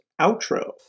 outro